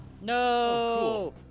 No